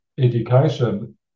education